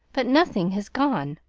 but nothing has gone.